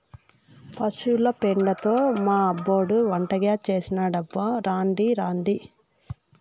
పశుల పెండతో మా అబ్బోడు వంటగ్యాస్ చేసినాడబ్బో రాండి రాండి